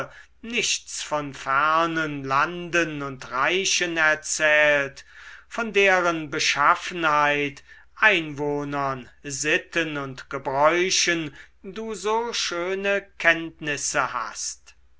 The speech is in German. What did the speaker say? nichts von fernen landen und reichen erzählt von deren beschaffenheit einwohnern sitten und gebräuchen du so schöne kenntnisse hast